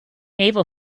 naval